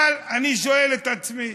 אבל אני שואל את עצמי: